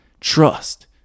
Trust